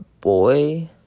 boy